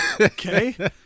Okay